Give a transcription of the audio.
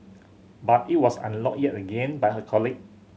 but it was unlocked yet again by her colleague